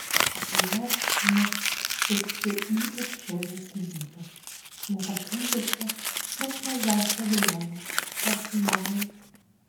apie ją rašoma kaip apie ypač žiaurią asmenybę nepakentusią net mažiausių abejonių jos nuomone